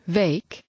week